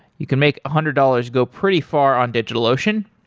you can make a hundred dollars go pretty far on digitalocean.